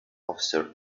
officer